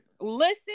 Listen